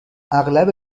اغلب